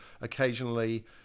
occasionally